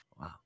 Wow